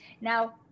now